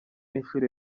inshuro